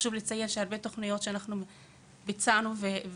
חשוב לי לציין גם שהרבה מהתוכניות שביצענו וקידמנו,